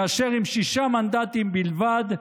כאשר עם שישה מנדטים בלבד,